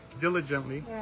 diligently